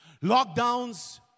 lockdowns